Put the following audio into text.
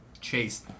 chase